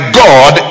god